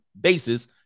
basis